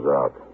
out